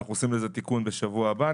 אנחנו עושים תיקון בנושא כבר בשבוע הבא,